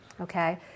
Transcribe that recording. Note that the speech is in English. okay